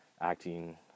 acting